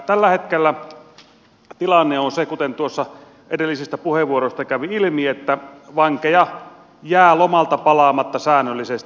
tällä hetkellä tilanne on se kuten tuossa edellisistä puheenvuoroista kävi ilmi että vankeja jää lomalta palaamatta säännöllisesti